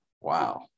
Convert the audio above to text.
Wow